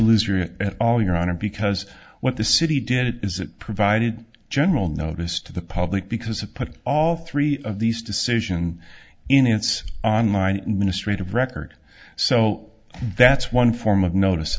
loser at all your honor because what the city did it is it provided general notice to the public because it put all three of these decision in its online ministry to record so that's one form of notice